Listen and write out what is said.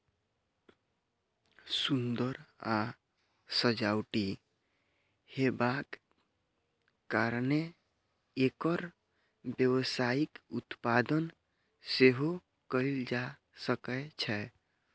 सुंदर आ सजावटी हेबाक कारणें एकर व्यावसायिक उत्पादन सेहो कैल जा सकै छै